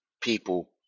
people